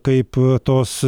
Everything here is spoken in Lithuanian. kaip tos